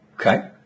Okay